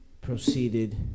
proceeded